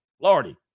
Lordy